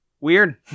weird